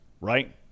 right